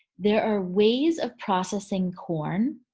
there are ways of processing corn